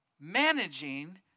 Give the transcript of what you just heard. managing